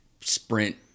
sprint